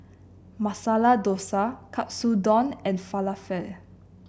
Masala Dosa Katsudon and Falafel